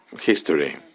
history